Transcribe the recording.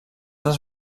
els